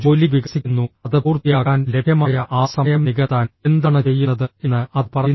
ജോലി വികസിക്കുന്നു അത് പൂർത്തിയാക്കാൻ ലഭ്യമായ ആ സമയം നികത്താൻ എന്താണ് ചെയ്യുന്നത് എന്ന് അത് പറയുന്നു